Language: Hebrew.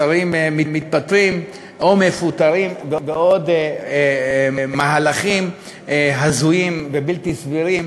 שרים מתפטרים או מפוטרים ועוד מהלכים הזויים ובלתי סבירים,